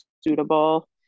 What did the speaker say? suitable